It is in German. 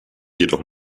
jedoch